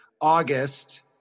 August